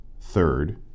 Third